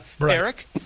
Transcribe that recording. Eric